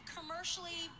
commercially